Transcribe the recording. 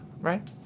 right